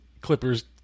Clippers